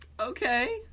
Okay